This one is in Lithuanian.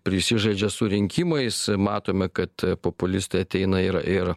prisižaidžia su rinkimais matome kad populistai ateina ir ir